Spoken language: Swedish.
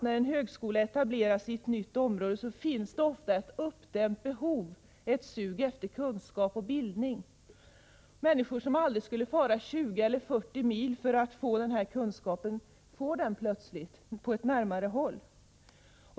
När en högskola etableras i ett nytt område, så finns ofta ett uppdämt behov, ett sug efter kunskap och bildning. Människor som aldrig skulle fara 20 eller 30 mil för att få denna kunskap får den plötsligt på närmare håll.